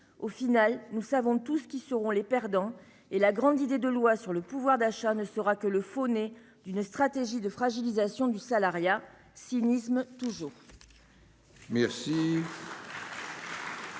salariat., nous savons tous qui seront les perdants, et la grande idée de loi sur le pouvoir d'achat ne sera que le faux nez d'une stratégie de fragilisation du salariat. Cynisme toujours